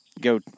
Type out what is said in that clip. go